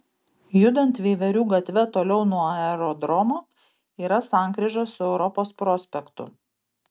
judant veiverių gatve toliau nuo aerodromo yra sankryža su europos prospektu